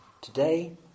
Today